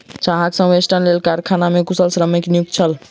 चाह संवेष्टनक लेल कारखाना मे कुशल श्रमिक नियुक्त छल